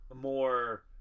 more